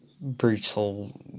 brutal